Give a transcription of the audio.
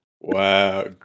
wow